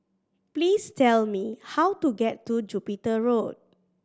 please tell me how to get to Jupiter Road